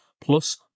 Plus